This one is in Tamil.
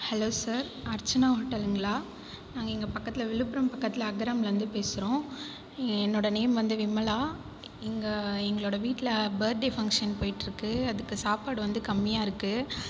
ஹலோ சார் அர்ச்சனா ஹோட்டலுங்களா நாங்கள் இங்கே பக்கத்தில் விழுப்புரம் பக்கத்தில் அகரம்லிருந்து பேசுகிறோம் என்னோடய நேம் வந்து விமலா இங்கே எங்களோடய வீட்டில் பர்த்டே ஃபங்க்ஷன் போயிட்டு இருக்குது அதுக்கு சாப்பாடு வந்து கம்மியாக இருக்குது